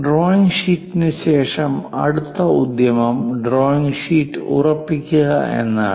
drawing ഷീറ്റിന് ശേഷം അടുത്ത ഉദ്യമം ഡ്രോയിംഗ് ഷീറ്റ് ഉറപ്പിക്കുക എന്നതാണ്